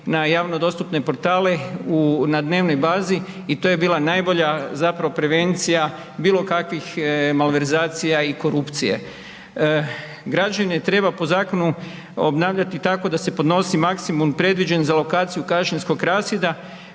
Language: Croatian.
na javnodostupne portale u, na dnevnoj bazi i to je bila najbolja zapravo prevencija bilo kakvih malverzacija i korupcije. Građenje treba po zakonu obnavljati tako da se podnosi maksimum predviđen za lokaciju kašinskog rasjeda